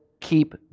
keep